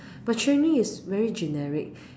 but training is very generic